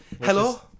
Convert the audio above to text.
Hello